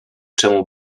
czemu